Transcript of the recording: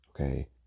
Okay